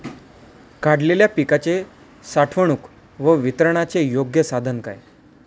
काढलेल्या पिकाच्या साठवणूक व वितरणाचे योग्य साधन काय?